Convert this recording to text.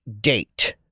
date